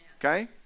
Okay